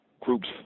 groups